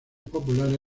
populares